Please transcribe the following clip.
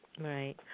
Right